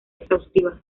exhaustiva